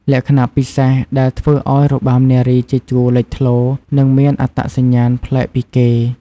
លក្ខណៈពិសេសដែលធ្វើឱ្យរបាំនារីជាជួរលេចធ្លោ និងមានអត្តសញ្ញាណប្លែកពីគេ។